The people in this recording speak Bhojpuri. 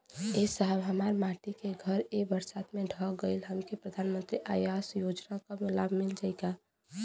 ए साहब हमार माटी क घर ए बरसात मे ढह गईल हमके प्रधानमंत्री आवास योजना क लाभ मिल जाई का?